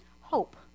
Hope